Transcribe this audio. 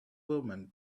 women